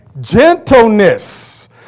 Gentleness